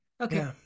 Okay